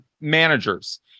managers